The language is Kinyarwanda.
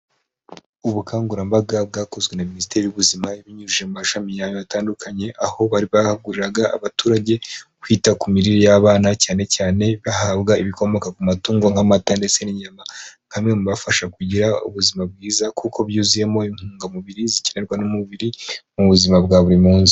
Ubukangurambaga bwakozwe na minisiteri y'ubuzima, ibinyujije mu mashami yayo atandukanye, aho bakanguriraga abaturage kwita ku mirire y'abana, cyane cyane bahabwa ibikomoka ku matungo nk'amata, ndetse n'inyama, nk'amwe mubafasha kugira ubuzima bwiza, kuko byuzuyemo intungamubiri zikenerwa n'umubiri mu buzima bwa buri munsi.